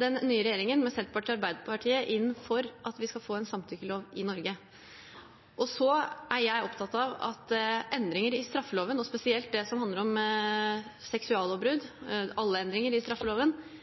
den nye regjeringen, med Senterpartiet og Arbeiderpartiet, inn for at vi skal få en samtykkelov i Norge. Men jeg er opptatt av at alle endringer i straffeloven, og spesielt det som handler om seksuallovbrudd,